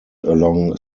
along